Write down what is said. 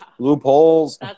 loopholes